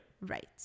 Right